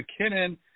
McKinnon